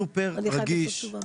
סופר רגיש,